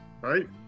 right